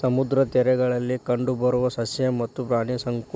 ಸಮುದ್ರದ ತೇರಗಳಲ್ಲಿ ಕಂಡಬರು ಸಸ್ಯ ಮತ್ತ ಪ್ರಾಣಿ ಸಂಕುಲಾ